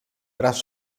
tras